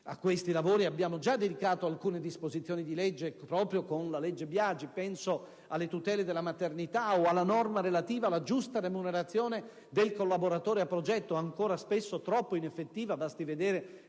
A questi lavori abbiamo già dedicato alcune disposizioni proprio con la legge Biagi: penso alle tutele della maternità o alla norma relativa alla giusta remunerazione del collaboratore a progetto, spesso ancora troppo ineffettiva. Basti vedere